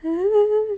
mmhmm